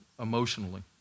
emotionally